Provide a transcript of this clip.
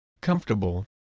comfortable